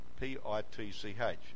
P-I-T-C-H